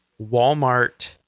Walmart